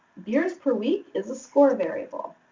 beers per week is a score variable.